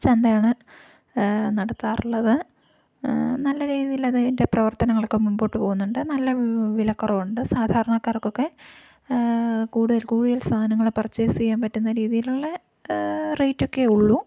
ചന്തയാണ് നടത്താറുള്ളത് നല്ല രീതിയിൽ അത് അതിൻ്റെ പ്രവർത്തനങ്ങളൊക്കെ മുന്നോട്ട് പോകുന്നുണ്ട് നല്ല വിലക്കുറവുണ്ട് സാധാരണക്കാർകൊക്കെ കൂടുതൽ കൂടുതൽ സാധനങ്ങൾ പർച്ചേസ് ചെയ്യാൻ പറ്റുന്ന രീതിയിലുള്ള റേയ്റ്റ് ഒക്കെയെ ഉള്ളൂ